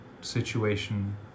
situation